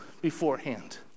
beforehand